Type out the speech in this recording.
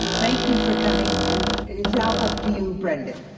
thank you for coming, and it is now up to you, brendan.